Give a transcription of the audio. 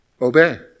Obey